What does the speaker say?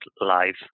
life